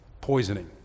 poisoning